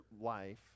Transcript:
life